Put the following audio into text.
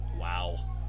Wow